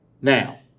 Now